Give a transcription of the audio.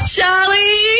Charlie